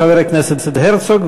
חבר הכנסת הרצוג,